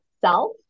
self